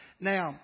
Now